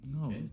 No